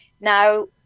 now